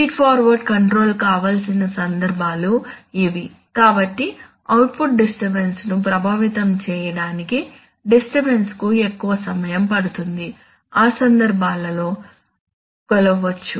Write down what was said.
feed forward control కావాల్సిన సందర్భాలు ఇవి కాబట్టి అవుట్పుట్ డిస్టర్బన్స్ ను ప్రభావితం చేయడానికి డిస్టర్బన్స్ కు ఎక్కువ సమయం పడుతుంది ఆ సందర్భాల ను కొలవవచ్చు